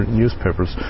newspapers